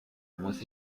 muss